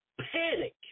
panic